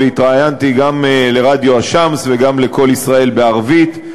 והתראיינתי גם לרדיו "א-שמס" וגם ל"קול ישראל" בערבית,